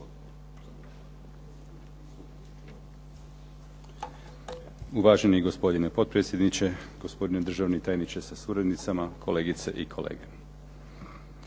(SDSS)** Gospodine potpredsjedniče Sabora. Gospodine državni tajniče sa suradnicima. Kolegice i kolege.